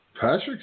Patrick